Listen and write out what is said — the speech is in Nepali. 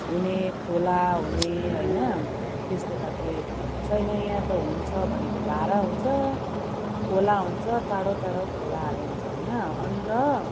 हुने खोला हुने होइन त्यस्तो खालको छैन यहाँ त हुन्छ भनेको धारा हन्छ खोला हुन्छ टाढो टाढो खोलाहरू हुन्छ होइन अन्त